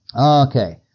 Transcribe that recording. Okay